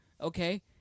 okay